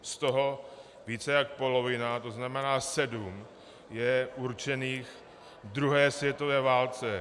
Z toho více jak polovina, to znamená sedm, je určených druhé světové válce.